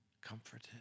comforted